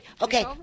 Okay